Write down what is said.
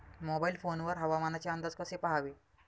Mobile phone वर हवामानाचे अंदाज कसे पहावे?